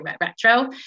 retro